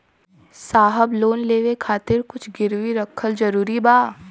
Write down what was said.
साहब लोन लेवे खातिर कुछ गिरवी रखल जरूरी बा?